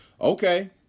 Okay